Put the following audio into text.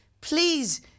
please